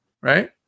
right